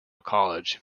college